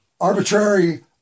arbitrary